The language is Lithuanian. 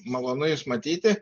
malonu jus matyti